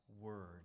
word